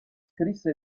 scrisse